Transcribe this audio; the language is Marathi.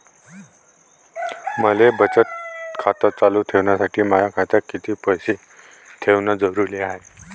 मले बचत खातं चालू ठेवासाठी माया खात्यात कितीक पैसे ठेवण जरुरीच हाय?